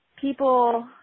People